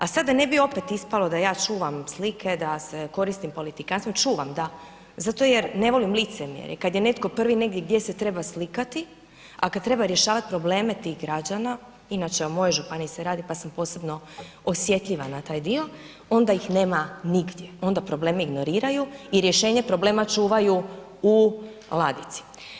A sad da ne bi opet ispalo da ja čuvam slike, da se koristim politikanstvom, čuvam, da, zato jer ne volim licemjerje, kad je netko prvi negdje gdje se treba slikati, a kad treba rješavati probleme tih građana, inače o mojoj županiji se radi pa sam posebno osjetljiva na taj dio, onda ih nema nigdje, onda probleme ignoriraju i rješenje problema čuvaju u ladici.